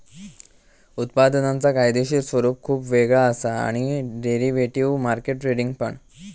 उत्पादनांचा कायदेशीर स्वरूप खुप वेगळा असा आणि डेरिव्हेटिव्ह मार्केट ट्रेडिंग पण